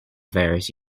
various